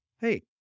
Hey